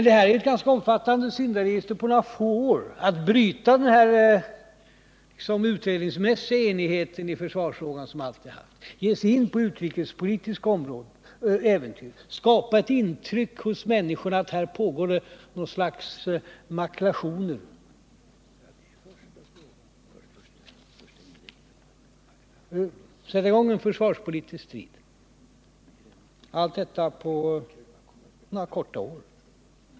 Det här är ett ganska omfattande syndaregister på några få år: att bryta den utredningsmässiga enigheten i försvarsfrågan som vi alltid haft, ge sig in på utrikespolitiska äventyr, skapa ett intryck hos människorna att här pågår något slags ”macklationer”, sätta i gång en försvarspolitisk strid; allt detta på några få år.